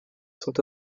sont